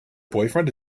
boyfriend